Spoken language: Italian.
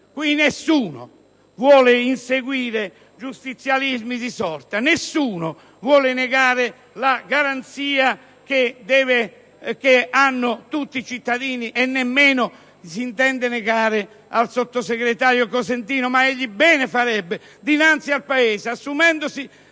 Qui nessuno vuole inseguire giustizialismi di sorta; nessuno vuole negare la garanzia che hanno tutti i cittadini e nemmeno la si intende negare al sottosegretario Cosentino. Ma egli bene farebbe dinanzi al Paese, assumendosi